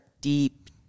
deep